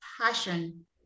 passion